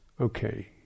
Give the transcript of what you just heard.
okay